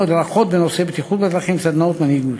הדרכות בנושא בטיחות בדרכים וסדנאות מנהיגות.